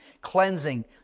cleansing